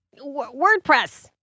WordPress